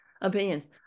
opinions